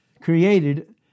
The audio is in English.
created